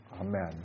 Amen